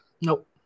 Nope